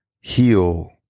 heal